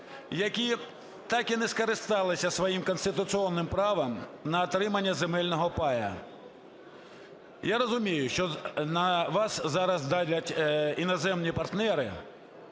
які так і не скористалися своїм конституційним правом на отримання земельного паю. Я розумію, що на вас зараз давлять іноземні партнери,